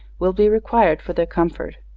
will be required for their comfort.